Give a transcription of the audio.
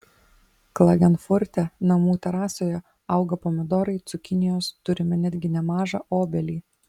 klagenfurte namų terasoje auga pomidorai cukinijos turime netgi nemažą obelį